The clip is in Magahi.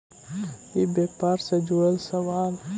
ई व्यापार से जुड़ल सवाल?